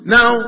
Now